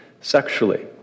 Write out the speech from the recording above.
sexually